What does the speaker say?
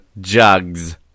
Jugs